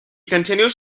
continues